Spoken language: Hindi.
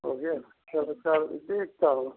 हो गया सर्विस चार्ज देखता हूँ